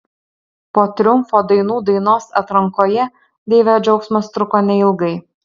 po triumfo dainų dainos atrankoje deivio džiaugsmas truko neilgai